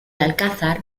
alcázar